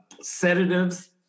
sedatives